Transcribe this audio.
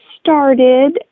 started